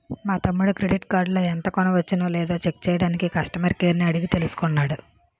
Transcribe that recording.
మా తమ్ముడు క్రెడిట్ కార్డులో ఎంత కొనవచ్చునో లేదో చెక్ చెయ్యడానికి కష్టమర్ కేర్ ని అడిగి తెలుసుకున్నాడు